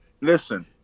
listen